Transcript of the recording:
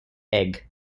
egg